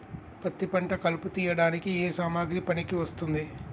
పత్తి పంట కలుపు తీయడానికి ఏ సామాగ్రి పనికి వస్తుంది?